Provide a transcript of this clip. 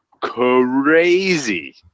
crazy